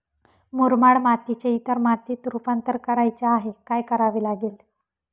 मुरमाड मातीचे इतर मातीत रुपांतर करायचे आहे, काय करावे लागेल?